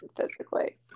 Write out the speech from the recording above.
physically